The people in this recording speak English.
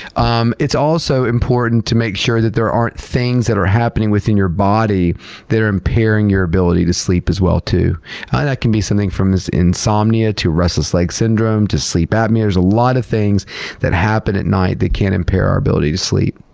um it's also important to make sure that there aren't things that are happening within your body that are impairing your ability to sleep as well. that can be something from insomnia, to restless leg syndrome, to sleep apnea. there's a lot of things that happen at night that can impair our ability to sleep.